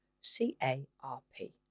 C-A-R-P